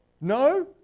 No